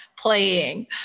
playing